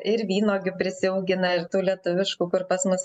ir vynuogių prisiaugina ir tų lietuviškų kur pas mus